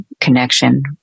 connection